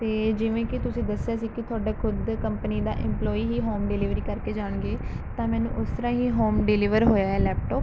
ਅਤੇ ਜਿਵੇਂ ਕਿ ਤੁਸੀਂ ਦੱਸਿਆ ਸੀ ਕਿ ਤੁਹਾਡਾ ਖੁਦ ਦੇ ਕੰਪਨੀ ਦਾ ਇੰਪਲੋਈ ਹੀ ਹੋਮ ਡਿਲੀਵਰੀ ਕਰਕੇ ਜਾਣਗੇ ਤਾਂ ਮੈਨੂੰ ਉਸ ਤਰ੍ਹਾਂ ਹੀ ਹੋਮ ਡਿਲੀਵਰ ਹੋਇਆ ਏ ਲੈਪਟੋਪ